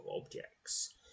objects